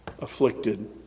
afflicted